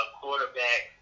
quarterback